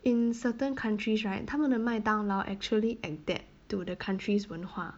in certain countries right 他们的麦当劳 actually adapt to the country's 文化